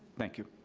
thank you,